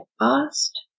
asked